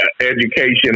education